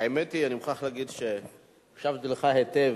האמת היא, אני מוכרח להגיד, הקשבתי לך היטב,